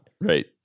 Right